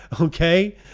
okay